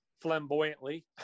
Flamboyantly